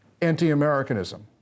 anti-Americanism